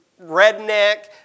redneck